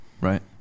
Right